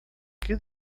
que